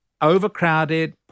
overcrowded